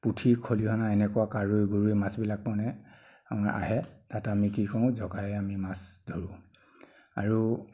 পুঠি খলিহনা এনেকুৱা কাৱৈ গৰৈ মাছবিলাক মানে মানে আহে তাত আমি কি কৰোঁ জকাইৰে আমি মাছ ধৰোঁ আৰু